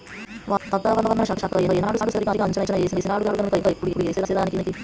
వాతావరణ శాఖ ఏనాడు సరిగా అంచనా వేసినాడుగన్క ఇప్పుడు ఏసేదానికి